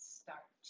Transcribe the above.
start